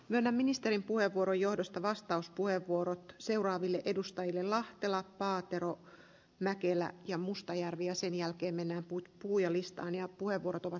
nämä ministerin puhevuorojohdosta vastauspuheenvuoroa seuraaville edustajille lahtela paatero kentässä ja me joudumme sen jälkeen mennään puhujalistaan ja puhe tarkkaan katsomaan